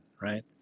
right